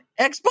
xbox